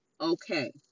Okay